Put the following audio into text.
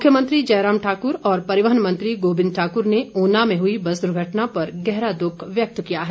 मुख्यमंत्री जयराम ठाकुर और परिवहन मंत्री गोविंद ठाकुर ने ऊना में हुई बस दुर्घटना पर गहरा दुख व्यक्त किया है